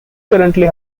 currently